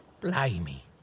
Blimey